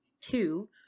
Two